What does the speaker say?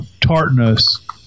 tartness